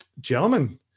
gentlemen